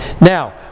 Now